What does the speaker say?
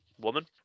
woman